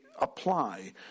apply